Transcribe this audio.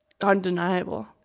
undeniable